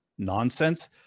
nonsense